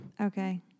Okay